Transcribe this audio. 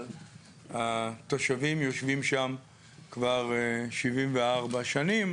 אבל התושבים יושבים שם כבר 74 שנים